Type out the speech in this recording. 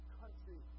country